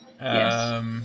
Yes